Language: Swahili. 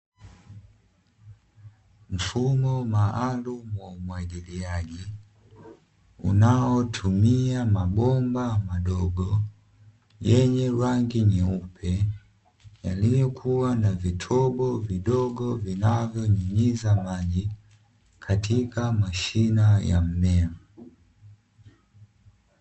Mfumo maalumu wa umwagiliaji, unaotumia mabomba madogo yenye rangi nyeupe, yaliyokuwa na vitobo vidogo vinavyonyunyiza maji katika mashina ya mmea.